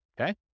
okay